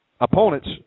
opponents